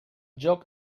joc